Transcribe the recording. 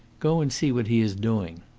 go and see what he is doing.